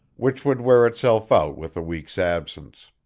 which would wear itself out with a week's absence.